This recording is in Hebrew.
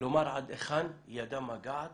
לומר עד היכן ידה מגעת